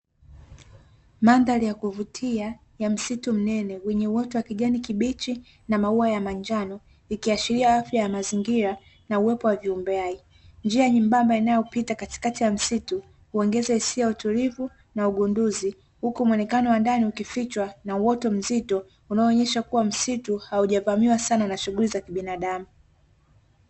Mandhari ya kuvutia ya msitu mnene wenye uoto wa kijani kibichi na maua ya manjano, ikiashiria afya ya mazingira na uwepo wa viumbe hai, njia nyembamba inayopita katikati ya msitu huongeza utulivu na ugunduzi, huku muonekano wa ndani ukifichwa na uoto mzito unaonyesha kwamba msitu haujavamiwa sana na shughuli za kibinadamu.